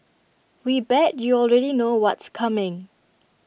we bet you already know what's coming